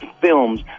films